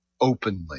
openly